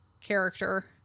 character